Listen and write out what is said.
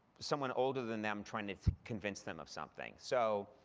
someone older than them trying to convince them of something. so